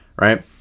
right